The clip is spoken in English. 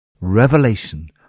Revelation